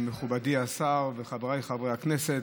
מכובדי השר וחבריי חברי הכנסת,